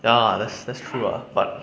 ya that's that's true ah but